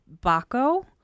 baco